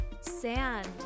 sand